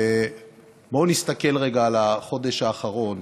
בואו נסתכל רגע על החודש האחרון